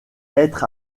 être